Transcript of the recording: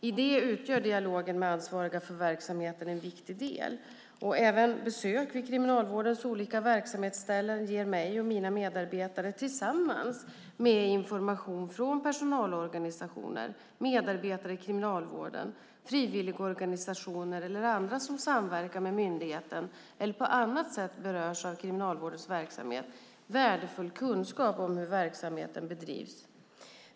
I det utgör dialogen med ansvariga för verksamheten en viktig del. Även besök vid Kriminalvårdens olika verksamhetsställen ger mig och mina medarbetare, tillsammans med information från personalorganisationer, medarbetare i Kriminalvården, frivilligorganisationer eller andra som samverkar med myndigheten eller på annat sätt berörs av Kriminalvårdens verksamhet, värdefull kunskap om hur verksamheten bedrivs.